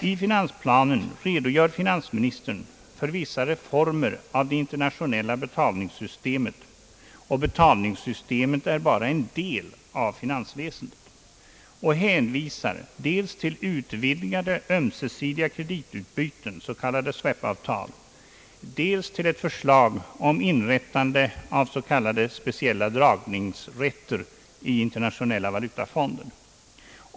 I finansplanen redogör finansministern för vissa reformer av det internationella betalningssystemet — och betalningssystemet är bara en del av finansväsendet — och hänvisar bl.a. till utvidgade ömsesidiga kreditutbyten, s.k. swap-avtal, dels till ett förslag om inrättande av s.k. speciella dragningsrätter i internationella valutafonderna.